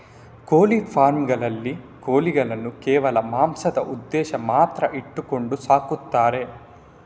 ಕೋಳಿ ಫಾರ್ಮ್ ಗಳಲ್ಲಿ ಕೋಳಿಗಳನ್ನು ಕೇವಲ ಮಾಂಸದ ಉದ್ದೇಶ ಮಾತ್ರ ಇಟ್ಕೊಂಡು ಸಾಕ್ತಾರೆ